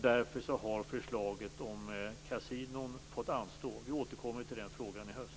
Därför har förslaget om kasinon fått anstå. Vi återkommer till den frågan i höst.